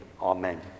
amen